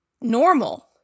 normal